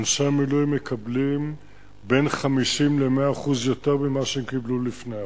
אנשי המילואים מקבלים 50% 100% יותר ממה שהם קיבלו לפני החוק.